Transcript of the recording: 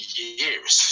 years